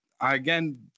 again